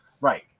Right